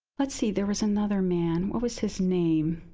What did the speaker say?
let's see. there was another man, what was his name?